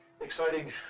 exciting